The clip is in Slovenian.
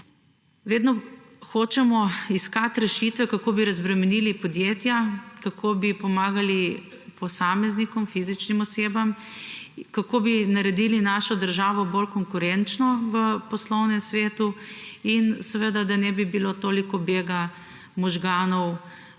Vedno hočemo iskati rešitve, kako bi razbremenili podjetja, kako bi pomagali posameznikom, fizičnim osebam, kako bi naredili našo državo bolj konkurenčno v poslovnem svetu, in seveda, da ne bi bilo toliko bega možganov